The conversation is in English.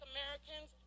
Americans